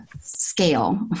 scale